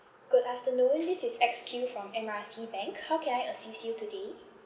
good afternoon this is X Q from M R C bank how can I assist you today